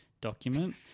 document